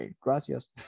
Gracias